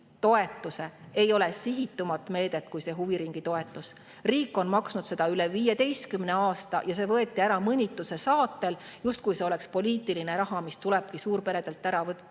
ole rohkem sihitud meedet kui see huviringitoetus. Riik on maksnud seda üle 15 aasta, ja see võeti ära mõnituse saatel, justkui see oleks poliitiline raha, mis tulebki suurperedelt ära võtta.